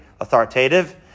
authoritative